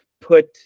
put